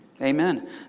Amen